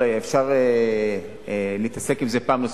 אפשר להתעסק בזה פעם נוספת,